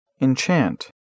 Enchant